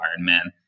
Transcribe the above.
Ironman